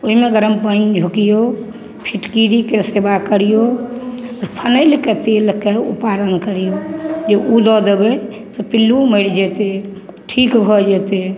ओहिमे गरम पानि झोँकिऔ फिटकिरीके सेवा करिऔ आओर फिनाइलके तेलके उपारण करिऔ जे ओ दऽ देबै तऽ पिल्लू मरि जेतै ठीक भऽ जेतै